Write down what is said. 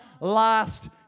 last